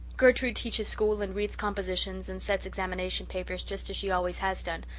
gertrude teaches school and reads compositions and sets examination papers just as she always has done,